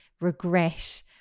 regret